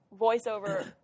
voiceover